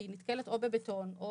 כי היא נתקלת או בבטון או